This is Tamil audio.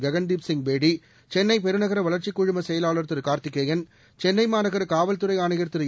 ககன்தீப் சிங் பேடி சென்னை பெருநகர வள்ச்சிக் செயலாளர் குழும கார்த்திக்யேன் சென்னை மாநகர காவல்துறை ஆணையா் திரு திரு